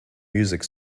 music